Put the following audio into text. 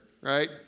right